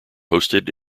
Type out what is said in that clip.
hosted